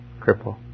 cripple